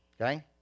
okay